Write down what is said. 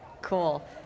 Cool